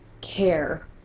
care